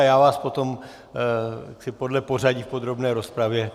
Já vás potom podle pořadí v podrobné rozpravě.